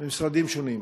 ממשרדים שונים,